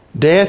Death